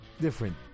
different